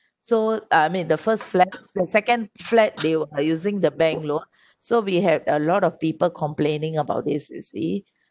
so I mean the first flat and second flat they are using the bank loan so we have a lot of people complaining about this you see